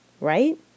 right